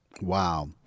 Wow